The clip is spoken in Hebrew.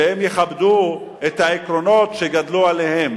שהם יכבדו את העקרונות שהם גדלו עליהם,